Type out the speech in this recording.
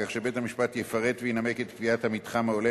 כך שבית-המשפט יפרט וינמק את קביעת המתחם ההולם,